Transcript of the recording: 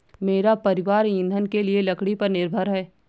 मेरा परिवार ईंधन के लिए लकड़ी पर निर्भर है